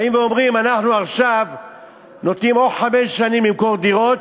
באים ואומרים: אנחנו נותנים עכשיו או חמש שנים למכור דירות,